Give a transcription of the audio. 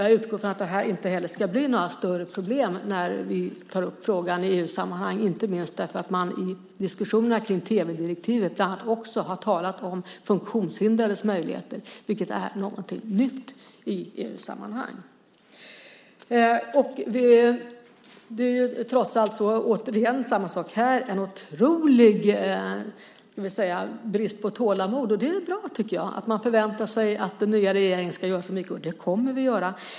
Jag utgår från att detta inte heller ska bli några större problem när vi tar upp frågan i EU-sammanhang, inte minst därför att man i diskussionerna om tv-direktivet också har talat om funktionshindrades möjligheter, vilket är något nytt i EU-sammanhang. Här kan man se en otrolig brist på tålamod, och jag tycker att det är bra att man väntar sig att den nya regeringen ska göra mycket. Det kommer vi också att göra.